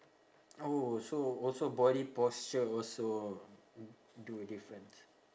oh so also body posture also do a difference